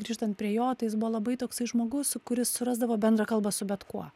grįžtant prie jo tai jis buvo labai toksai žmogus su kuris surasdavo bendrą kalbą su bet kuo